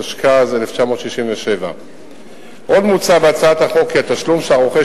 התשכ"ז 1967. עוד מוצע בהצעת החוק כי התשלום שהרוכש